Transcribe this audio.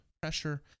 pressure